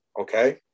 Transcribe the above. Okay